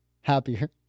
happier